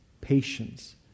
patience